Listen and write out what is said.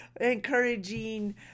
encouraging